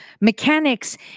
mechanics